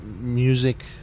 music